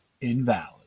invalid